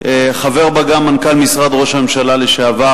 חבר בה גם מנכ"ל משרד ראש הממשלה לשעבר,